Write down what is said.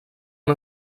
han